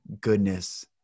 goodness